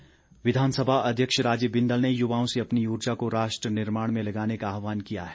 बिंदल विधानसभा अध्यक्ष राजीव बिंदल ने युवाओं से अपनी ऊर्जा को राष्ट निर्माण में लगाने का आहवान किया है